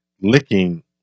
licking